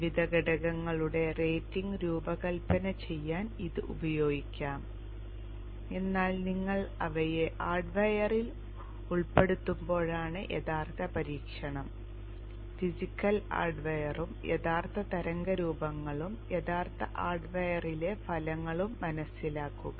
വിവിധ ഘടകങ്ങളുടെ റേറ്റിംഗ് രൂപകൽപ്പന ചെയ്യാൻ ഇത് ഉപയോഗിക്കാം എന്നാൽ നിങ്ങൾ അവയെ ഹാർഡ്വെയറിൽ ഉൾപ്പെടുത്തുമ്പോഴാണ് യഥാർത്ഥ പരീക്ഷണം ഫിസിക്കൽ ഹാർഡ്വെയറും യഥാർത്ഥ തരംഗരൂപങ്ങളും യഥാർത്ഥ ഹാർഡ്വെയറിലെ ഫലങ്ങളും മനസ്സിലാക്കുക